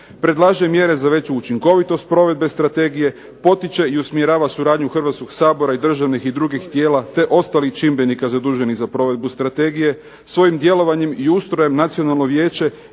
Predlaže mjere za veću učinkovitost provedbe strategije, potiče i usmjerava suradnju Hrvatskog sabora i državnih i drugih tijela, te ostalih čimbenika zaduženih za provedbu strategije. Svojim djelovanjem i ustrojem nacionalno vijeće